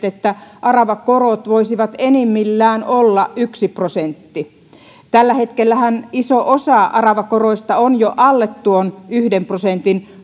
että aravakorot voisivat enimmillään olla yksi prosentti tällä hetkellähän iso osa aravakoroista on jo alle tuon yhden prosentin